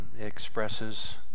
expresses